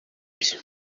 byo